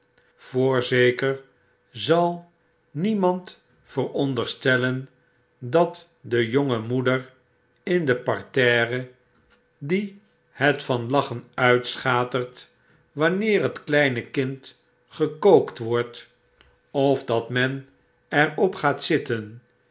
voorzeker zal niemand veronderstellen datde jonge moeder in het parterre die het van lachen uitschatert wanneer het kleine kind gekookt wordt of dat men er op gaat zitten